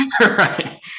Right